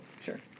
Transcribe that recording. sure